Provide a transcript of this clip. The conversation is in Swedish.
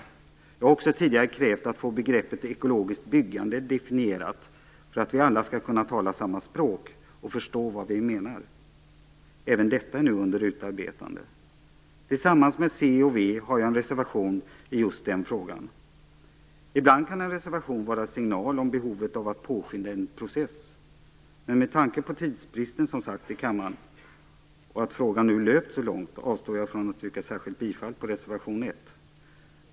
Jag har också tidigare krävt att få begreppet ekologiskt byggande definierat, för att vi alla skall kunna tala samma språk och förstå vad vi menar. Även detta är nu under utarbetande. Tillsammans med Centern och Vänsterpartiet har jag en reservation i just den frågan. Ibland kan en reservation vara en signal om behovet av att påskynda en process. Men med tanke på tidsbristen i kammaren och att frågan nu löpt så långt avstår jag från att särskilt yrka bifall till reservation 1.